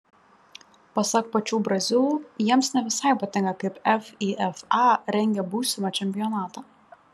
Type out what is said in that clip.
pasak pačių brazilų jiems ne visai patinka kaip fifa rengia būsimą čempionatą